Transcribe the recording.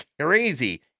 crazy